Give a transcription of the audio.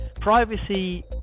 Privacy